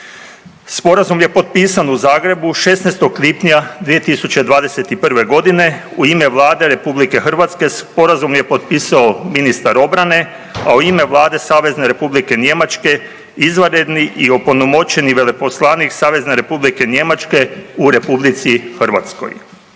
Sporazum je potpisan u Zagrebu 16. lipnja 2021. g., u ime Vlade RH Sporazum je potpisao ministar obrane, a u ime Vlade SR Njemačke izvanredni i opunomoćeni veleposlanik SR Njemačke u RH. Ovim Zakonom